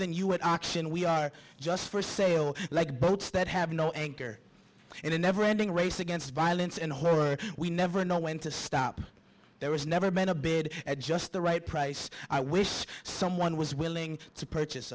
than you what action we are just for sale like boats that have no anchor in a never ending race against violence and horror we never know when to stop there was never meant to bid at just the right price i wish someone was willing to purchase